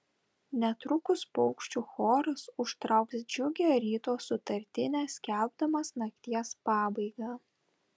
netrukus paukščių choras užtrauks džiugią ryto sutartinę skelbdamas nakties pabaigą